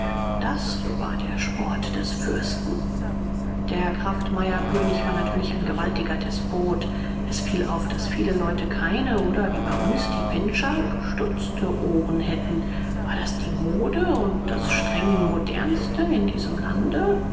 das war der sport des fürsten der kraftmeierkönig war natürlich ein gewaltiger despot es fiel auf daß viele leute keine oder wie bei uns die pinscher gestutzte ohren hätten war das die mode und das streng modernste in diesem lande